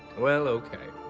well okay.